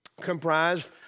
comprised